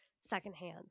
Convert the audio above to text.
secondhand